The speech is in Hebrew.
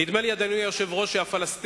נדמה לי, אדוני היושב-ראש, שהפלסטינים